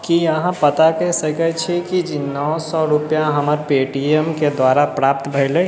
की अहाँ पता कऽ सकैत छी कि जे नओ सए रुपैआ हमर पेटीएमके द्वारा प्राप्त भेलै